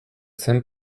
zen